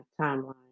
timeline